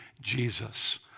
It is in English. Jesus